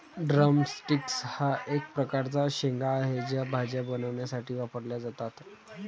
drum sticks हा एक प्रकारचा शेंगा आहे, त्या भाज्या बनवण्यासाठी वापरल्या जातात